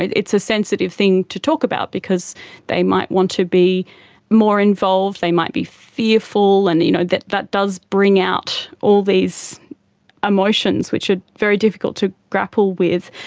it's a sensitive thing to talk about because they might want to be more involved, they might be fearful, and you know that that does bring out all these emotions which are very difficult to grapple with.